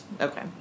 Okay